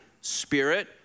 spirit